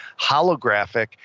holographic